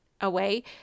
away